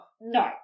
No